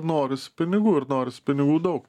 norisi pinigų ir norisi pinigų daug